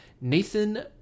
Nathan